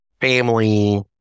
family